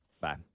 Bye